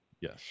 yes